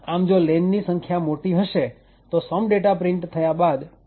આમ જો lenની સંખ્યા મોટી હશે તો some data પ્રિન્ટ થયા બાદ ટોપ સિક્રેટ પણ પ્રિન્ટ થશે